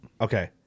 Okay